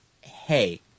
Hey